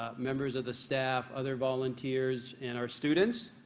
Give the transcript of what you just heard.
members of the staff, other volunteers and our students.